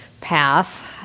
path